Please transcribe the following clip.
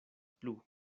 plu